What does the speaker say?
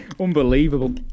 Unbelievable